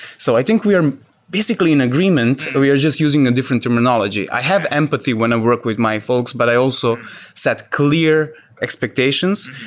so i think we are basically in agreement. we are just using a different terminology. i have empathy when i work with my folks, but i also set clear expectations.